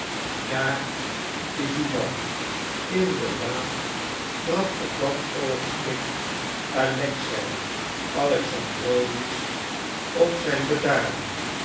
daar is uw man inderdaad trad op dat oogenblik alexei alexandrowitsch op zijn bedaarde